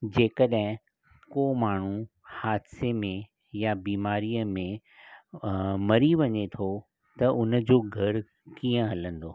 जे कॾहिं को माण्हू हादसे में या बीमारीअ में मरी वञें थो त हुनजो घरु कीअं हलंदो